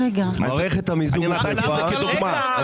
אני נתתי את זה כדוגמה.